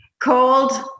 cold